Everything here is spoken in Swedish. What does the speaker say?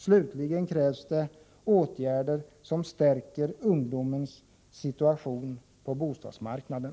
Slutligen krävs det åtgärder som stärker ungdomens situation på bostadsmarknaden.